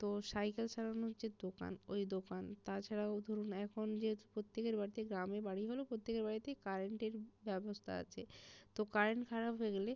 তো সাইকেল সারানোর যে দোকান ওই দোকান তাছাড়াও ধরুন এখন যে প্রত্যেকের বাড়িতে গ্রামে বাড়ি হলেও প্রত্যেকের বাড়িতেই কারেন্টের ব্যবস্থা আছে তো কারেন্ট খারাপ হয়ে গেলে